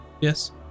Yes